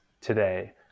today